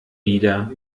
wieder